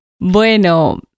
Bueno